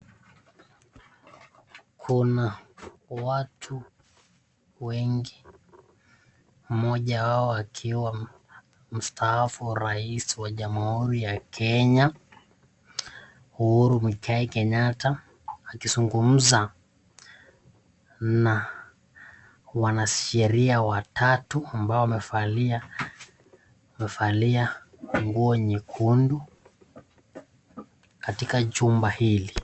Kuna watu wengi. Mmoja wao akiwa mstaafu rais wa Jamhuri ya Kenya, Uhuru Muigai Kenyatta akizungumza na wanasheria watatu ambao wamevalia nguo nyekundu katika jumba hili.